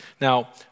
Now